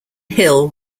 hill